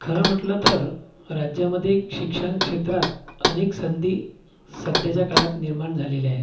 खरं म्हटलं तर राज्यामध्ये शिक्षण क्षेत्रात अनेक संधी सध्याच्या काळात निर्माण झालेल्या आहे